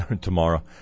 tomorrow